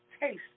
taste